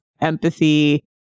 empathy